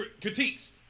critiques